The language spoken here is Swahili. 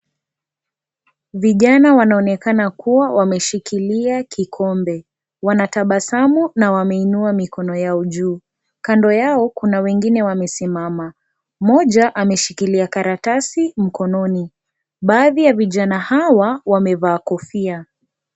Vijana wanaonekana kuwa wameshikillia kikombe, wanatabasamu na wameinua mikono yao juu, kando yao kuna wengine wamesimama, mmoja ameshikilia karatasi mkononi baadhi ya vijana hawa wamevaa kofia.